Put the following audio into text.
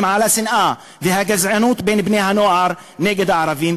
לשנאה ולגזענות של בני-הנוער נגד הערבים,